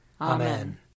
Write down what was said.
Amen